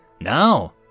Now